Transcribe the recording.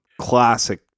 Classic